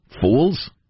Fools